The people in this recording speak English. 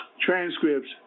transcripts